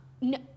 No